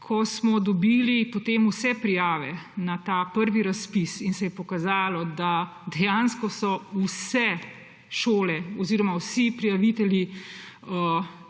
Ko smo dobili potem vse prijave na ta prvi razpis in se je pokazalo, da so dejansko vse šole oziroma vsi prijavitelji